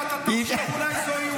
ואתה חושב: אולי זאת היא,